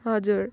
हजुर